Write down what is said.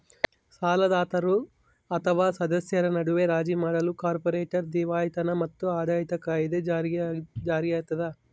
ಸಾಲದಾತರ ಅಥವಾ ಸದಸ್ಯರ ನಡುವೆ ರಾಜಿ ಮಾಡಲು ಕಾರ್ಪೊರೇಟ್ ದಿವಾಳಿತನ ಮತ್ತು ಆಡಳಿತ ಕಾಯಿದೆ ಜಾರಿಯಾಗ್ತದ